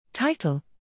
Title